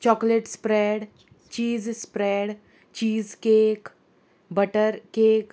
chocolate spread cheese spread cheese cake butter cake